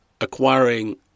acquiring